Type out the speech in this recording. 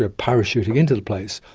ah parachuting into the place,